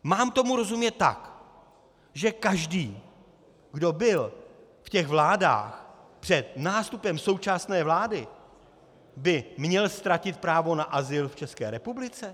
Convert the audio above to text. Mám tomu rozumět tak, že každý, kdo byl v těch vládách před nástupem současné vlády, by měl ztratit právo na azyl v České republice?